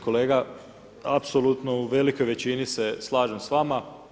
Kolega apsolutno u velikoj većini se slažem s vama.